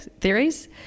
theories